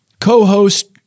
co-host